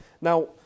Now